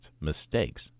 mistakes